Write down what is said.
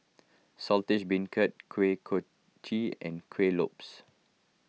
Saltish Beancurd Kuih Kochi and Kuih Lopes